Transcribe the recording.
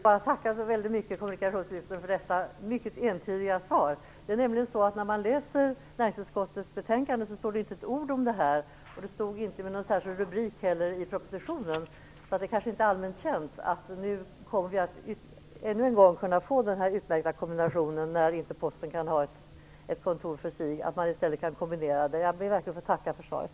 Fru talman! Jag tackar så mycket för detta mycket entydiga svar. I näringsutskottets betänkande står det inte ett ord om det här, och det fanns heller inte i propositionen någon särskild rubrik som hänvisade till detta. Det kanske därför inte är allmänt känt att vi nu ännu en gång kommer att kunna få den här utmärkta kombinationen, dvs. att post, butik och bibliotek kan kombineras när Posten inte kan ha ett kontor för sig. Jag ber verkligen att få tacka för svaret.